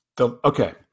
okay